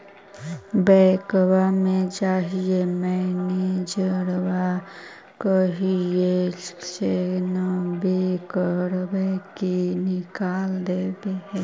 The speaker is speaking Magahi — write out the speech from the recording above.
बैंकवा मे जाहिऐ मैनेजरवा कहहिऐ सैनवो करवा के निकाल देहै?